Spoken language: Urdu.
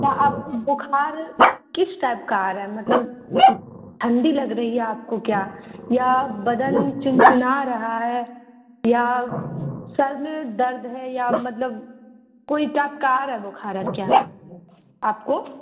تو آپ بخار کس ٹائپ کا آ رہا ہے مطلب ٹھنڈی لگ رہی ہے آپ کو کیا یا بدن چنچنا رہا ہے یا سر میں درد ہے یا مطلب کوئی ٹائپ کا آ رہا ہے بخار آر کیا آپ کو